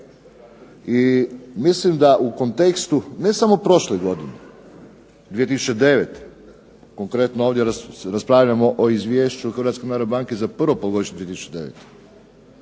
I mislim da u kontekstu ne samo prošle godine 2009. Konkretno ovdje raspravljamo o Izvješću Hrvatske narodne banke za prvo polugodište 2009.